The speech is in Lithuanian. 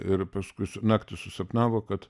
ir paskui naktį susapnavo kad